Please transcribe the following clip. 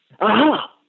Aha